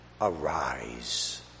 arise